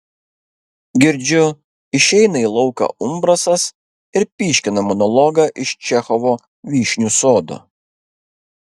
girdžiu išeina į lauką umbrasas ir pyškina monologą iš čechovo vyšnių sodo